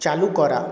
চালু করা